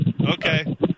Okay